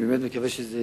אני באמת מקווה שזה